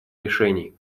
решений